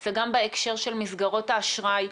זה גם בהקשר של מסגרות האשראי.